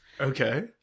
Okay